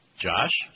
Josh